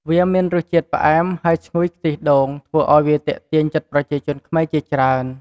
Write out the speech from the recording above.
វាមានរសជាតិផ្អែម ហើយឈ្ងុយខ្ទិះដូង ធ្វើឱ្យវាទាក់ទាញចិត្តប្រជាជនខ្មែរជាច្រើន។